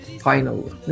final